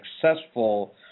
successful